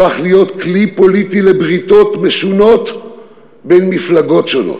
הפך להיות כלי פוליטי לבריתות משונות בין מפלגות שונות,